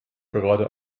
gerade